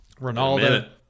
Ronaldo